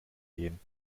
gehen